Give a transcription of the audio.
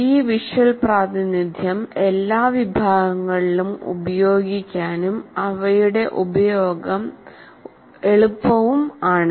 ഈ വിഷ്വൽ പ്രാതിനിധ്യം എല്ലാ വിഭാഗങ്ങളിലും ഉപയോഗിക്കാനും അവയുടെ ഉപയോഗം എളുപ്പവും ആണ്